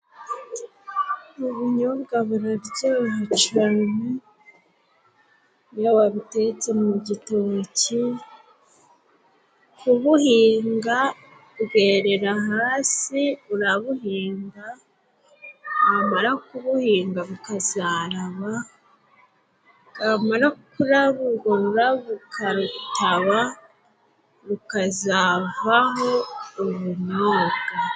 Ubunyobwa buraryoha cane iyo wabutetse mu gitoki. Kubuhinga bwerera hasi, urabuhinga wamara kubuhinga bukazaraba bwamara kuraba urwo rurabo ukarutaba, rukazavaho ubunyobwa.